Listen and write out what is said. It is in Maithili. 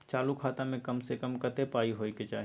चालू खाता में कम से कम कत्ते पाई होय चाही?